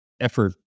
effort